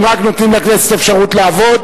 אם רק נותנים לכנסת אפשרות לעבוד.